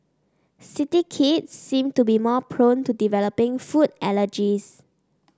city kids seem to be more prone to developing food allergies